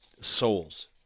souls